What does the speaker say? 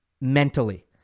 mentally